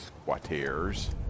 squatters